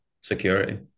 Security